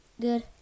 good